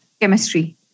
chemistry